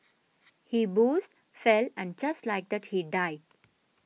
he boozed fell and just like that he died